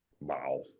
wow